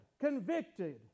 convicted